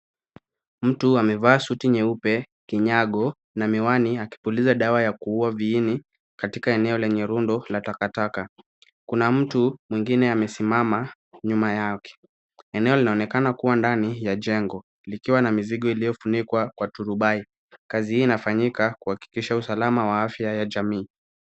Mtu amevaa suti nyeupe, kinyago na miwani akipuliza dawa ya kuuwa viini katika eneo lenye rundo la takataka. Kuna mtu mwingine amesimama nyuma yake. Eneo linaonekana kuwa ndani ya jengo likiwa na mizigo iliyofunikwa kwa turubai. kazi hii inafanyika kuhakikisha usalama wa afya ya jamii.